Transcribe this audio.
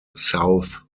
south